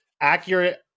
accurate